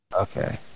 Okay